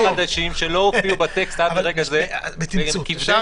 הוא העלה נושאים חדשים שלא הופיעו בטקסט עד לרגע זה והם כבדי